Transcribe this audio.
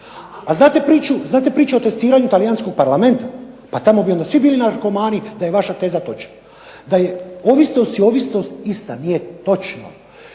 A znate priču o testiranju talijanskog parlamenta. Pa tamo bi onda svi bili narkomani da je vaša teza točna. Da je ovisnost i ovisnost ista, nije točno.